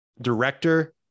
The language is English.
director